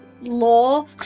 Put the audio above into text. law